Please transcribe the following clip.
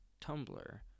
Tumblr